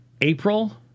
April